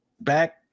back